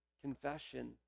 confession